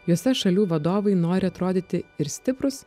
visų šalių vadovai nori atrodyti ir stiprūs